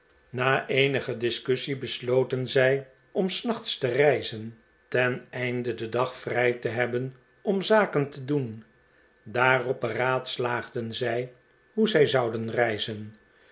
na eenige discussie besloten zij om s nachts te reizen teneinde den dag vrij te hebben om zaken te doen daarop beraadslaagden zij hoe zij zouden reizen